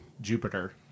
Jupiter